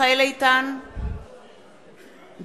מיכאל איתן, בעד